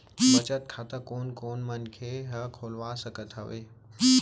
बचत खाता कोन कोन मनखे ह खोलवा सकत हवे?